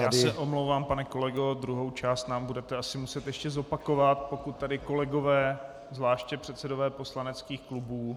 Já se omlouvám, pane kolego, druhou část nám budete asi muset ještě zopakovat, pokud tady kolegové, zvláště předsedové poslaneckých klubů...